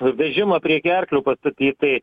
v vežimą prie gerklių pastatyt tai